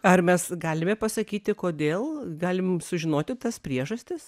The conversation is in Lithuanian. ar mes galime pasakyti kodėl galim sužinoti tas priežastis